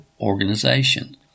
organization